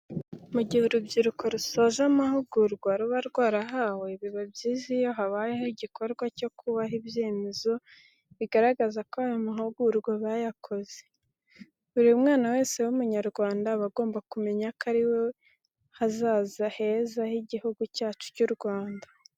Mu gihe urubyiruko rusoje amahugurwa ruba rwarahawe, biba byiza iyo habayeho igikorwa cyo kubaha ibyemezo bigaragaza ko ayo mahugurwa bayakoze. Buri mwana wese w'Umunyarwanda aba agomba kumenya ko ari we hazaza heza h'Igihugu cyacu cy'u Rwanda.